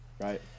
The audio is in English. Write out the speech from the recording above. Right